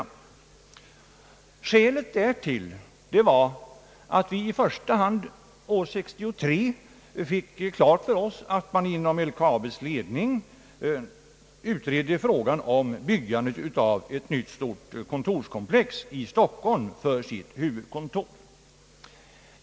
Skälet till motionen år 1964 var att vi 1963 fick klart för oss att man inom LKAB:s ledning utredde frågan om byggandet av ett nytt stort kontorskomplex här i Stockholm för sitt huvudkontor.